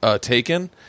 taken